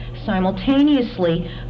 Simultaneously